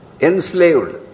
enslaved